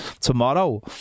tomorrow